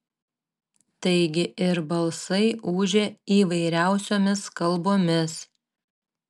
taigi ir balsai ūžė įvairiausiomis kalbomis